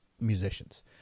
musicians